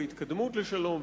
והתקדמות לשלום,